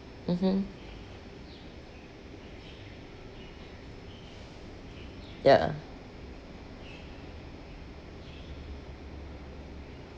mmhmm ya